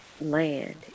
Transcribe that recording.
land